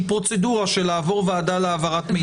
פרוצדורה של לעבור ועדה להעברת מידע.